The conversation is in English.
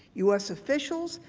u s. officials,